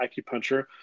acupuncture